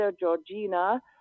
Georgina